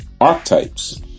archetypes